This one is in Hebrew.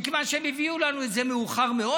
מכיוון שהם הביאו לנו את זה מאוחר מאוד.